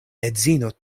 edzino